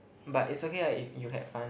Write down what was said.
but it's okay lah if you had fun